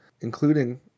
Including